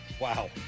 Wow